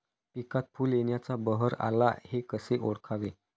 पिकात फूल येण्याचा बहर आला हे कसे ओळखावे?